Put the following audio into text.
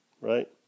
right